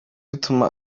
utuma